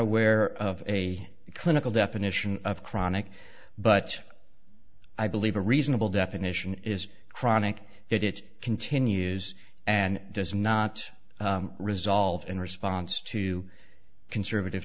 aware of a clinical definition of chronic but i believe a reasonable definition is chronic that it continues and does not result in response to conservative